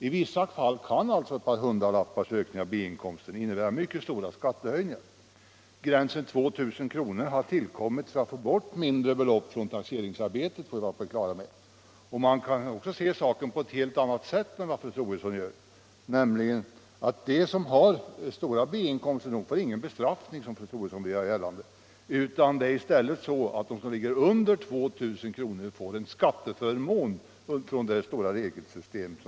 I vissa fall kan alltså ett par hundralappars ökning av B-inkomsten innebära mycket stora skattehöjningar. Gränsen vid 2 000 kr. har tillkommit för att få bort mindre belopp från taxeringsarbetet. Man kan se saken på ett helt annat sätt än fru Troedsson gör. De som har stora B-inkomster får ingen bestraffning, som fru Troedsson vill göra gällande, utan de som ligger under 2 000 kr. får en skatteförmån i det stora regelsystemet.